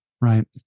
Right